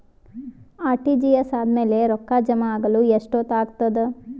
RTGS ಆದ್ಮೇಲೆ ರೊಕ್ಕ ಜಮಾ ಆಗಲು ಎಷ್ಟೊತ್ ಆಗತದ?